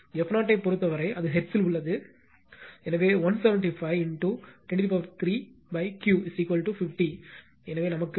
F0 ஐப் பொறுத்தவரை அது ஹெர்ட்ஸில் உள்ளது எனவே 175 103 Q 50 எனவே பேண்ட்வித் 3